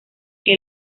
que